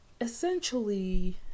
Essentially